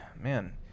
man